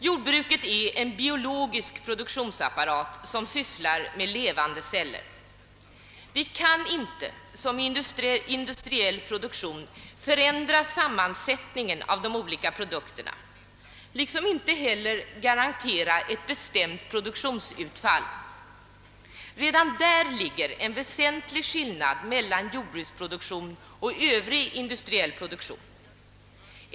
Jordbruket är en biologisk produktionsapparat som sysslar med levande celler. Vi kan inte där som i industriell produktion förändra sammansättningen av de olika produkterna och inte heller garantera ett bestämt produktionsutfall. Redan där finns en väsentlig skillnad mellan jordbruksproduktion och övrig, industriell produktion.